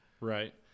Right